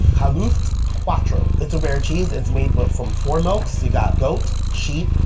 kaaslust quattro. it's a rare cheese. it's made but from four milks. you've got goat, sheep,